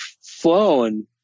flown